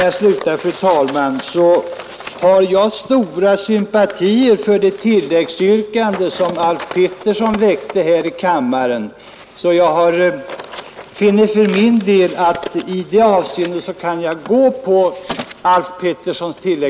Jag hyser stora sympatier för det tilläggsyrkande som herr Alf Pettersson i Malmö ställt här i kammaren och finner att jag kan rösta för det.